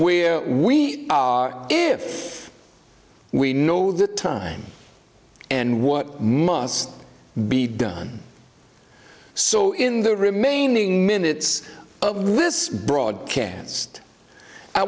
where we are if we know the time and what must be done so in the remaining minutes of this broad canst i